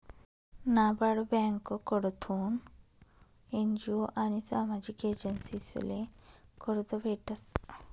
नाबार्ड ब्यांककडथून एन.जी.ओ आनी सामाजिक एजन्सीसले कर्ज भेटस